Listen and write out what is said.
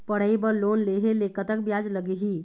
पढ़ई बर लोन लेहे ले कतक ब्याज लगही?